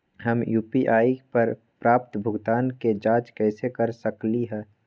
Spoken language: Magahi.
हम यू.पी.आई पर प्राप्त भुगतान के जाँच कैसे कर सकली ह?